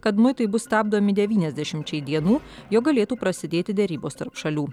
kad muitai bus stabdomi devyniasdešimčiai dienų jog galėtų prasidėti derybos tarp šalių